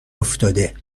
افتاده